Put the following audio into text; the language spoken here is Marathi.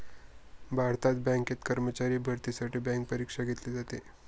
भारतात बँकेत कर्मचारी भरतीसाठी बँक परीक्षा घेतली जाते